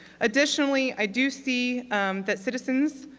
additionally, i do see that citizens,